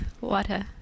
water